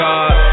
God